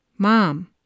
Mom